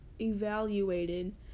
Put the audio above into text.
evaluated